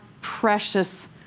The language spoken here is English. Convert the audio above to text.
precious